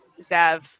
Zev